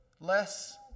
Less